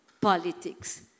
politics